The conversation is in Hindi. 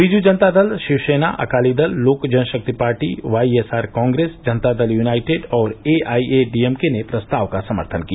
Biju Janata Dal Shiv Sena Akali Dal Lok Janshakti party Y S R Congress Janata Dal United और एथाईए डीएमके ने प्रस्ताव का समर्थन किया